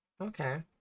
okay